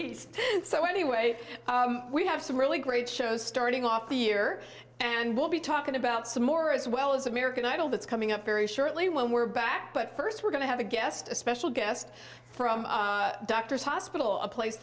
half so anyway we have some really great shows starting off the year and we'll be talking about some more as well as american idol that's coming up very shortly when we're back but first we're going to have a guest a special guest from doctors hospital a place